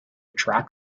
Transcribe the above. track